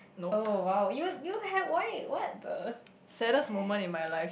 oh !wow! you you had why what the